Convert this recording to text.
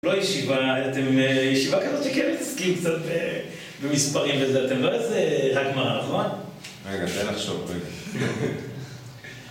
לא ישיבה, אתם ישיבה כזאת שכן עוסקים קצת במספרים וזה, אתם לא איזה רק גמרא, נכון? רגע, תן לחשוב, רגע